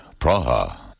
Praha